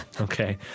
Okay